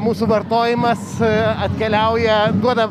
mūsų vartojimas atkeliauja duoda